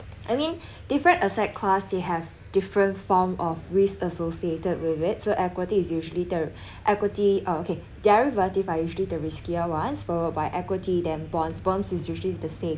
I mean different asset class they have different form of risk associated with it so equity is usually the equity uh okay derivative are usually the riskier ones followed by equity then bonds bonds is usually the same